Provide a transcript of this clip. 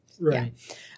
right